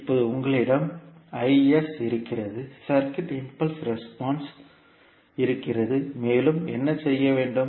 இப்போது உங்களிடம் இருக்கிறது சர்க்யூட் இம்பல்ஸ் ரெஸ்பான்ஸ் இருக்கிறது மேலும் என்ன செய்ய வேண்டும்